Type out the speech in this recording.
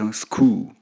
school